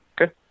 Okay